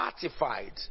certified